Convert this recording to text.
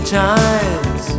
times